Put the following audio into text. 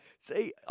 See